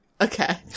Okay